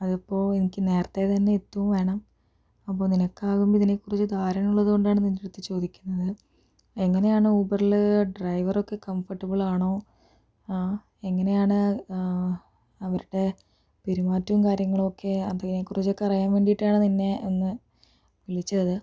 അതിപ്പോൾ എനിക്ക് നേരത്തെ തന്നെ എത്തും വേണം അപ്പോൾ നിനക്കാവുമ്പോൾ ഇതിനെക്കുറിച്ച് ധാരണ ഉള്ളതുകൊണ്ടാണ് നിൻ്റെ അടുത്ത് ചോദിക്കുന്നത് എങ്ങനെയാണ് ഊബറില് ഡ്രൈവർ ഒക്കെ കംഫർട്ടബിൾ ആണോ എങ്ങനെയാണ് അവരുടെ പെരുമാറ്റവും കാര്യങ്ങളൊക്കെ അതിനെക്കുറിച്ചൊക്കെ അറിയാൻ വേണ്ടിയിട്ടാണ് നിന്നെ ഒന്ന് വിളിച്ചത്